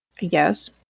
Yes